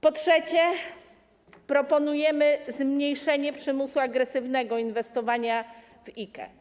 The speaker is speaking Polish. Po trzecie, proponujemy zmniejszenie przymusu agresywnego inwestowania w IKE.